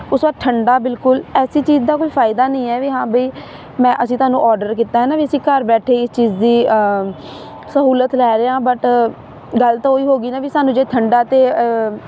ਉਸ ਤੋਂ ਬਾਅਦ ਠੰਡਾ ਬਿਲਕੁਲ ਐਸੀ ਚੀਜ਼ ਦਾ ਕੋਈ ਫਾਇਦਾ ਨਹੀਂ ਹੈ ਵੀ ਹਾਂ ਵੀ ਮੈਂ ਅਸੀਂ ਤੁਹਾਨੂੰ ਔਡਰ ਕੀਤਾ ਹੈ ਨਾ ਵੀ ਅਸੀਂ ਘਰ ਬੈਠੇ ਇਹ ਚੀਜ਼ ਦੀ ਸਹੂਲਤ ਲੈ ਰਹੇ ਹਾਂ ਬਟ ਗੱਲ ਤਾਂ ਉਹੀ ਹੋ ਗਈ ਨਾ ਵੀ ਸਾਨੂੰ ਜੇ ਠੰਡਾ ਤਾਂ